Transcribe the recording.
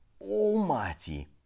almighty